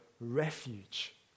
refuge